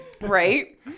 Right